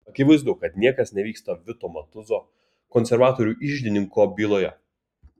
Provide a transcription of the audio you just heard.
akivaizdu kad niekas nevyksta vito matuzo konservatorių iždininko byloje